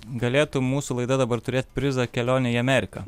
galėtų mūsų laida dabar turėt prizą kelionę į ameriką